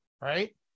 Right